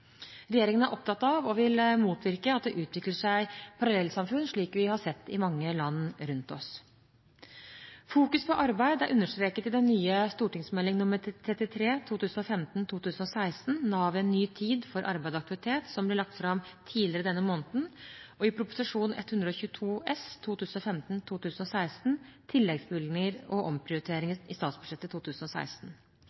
Regjeringen er opptatt av og vil motvirke at det utvikler seg «parallellsamfunn», slik vi har sett i mange land rundt oss. Fokus på arbeid er understreket i den nye Meld. St. 33 for 2015–2016, NAV i en ny tid – for arbeid og aktivitet, som ble lagt fram tidligere denne måneden, og i Prop. 122 S for 2015–2016, Tilleggsbevilgninger og omprioriteringer